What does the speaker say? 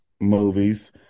movies